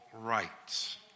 rights